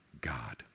God